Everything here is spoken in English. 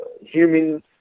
human